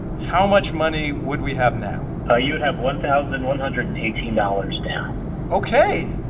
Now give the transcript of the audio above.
how much money would we have now? ah you would have one thousand one hundred and eighteen dollars now ok,